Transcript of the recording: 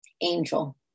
angel